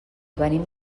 venim